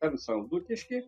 tam saldutišky